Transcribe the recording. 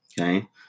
okay